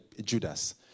Judas